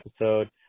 episode